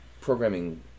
programming